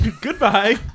Goodbye